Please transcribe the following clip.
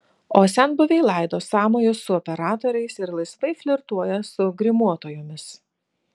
o senbuviai laido sąmojus su operatoriais ir laisvai flirtuoja su grimuotojomis